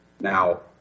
Now